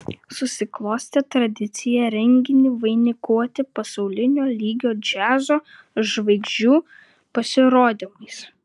susiklostė tradicija renginį vainikuoti pasaulinio lygio džiazo žvaigždžių pasirodymais